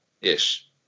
ish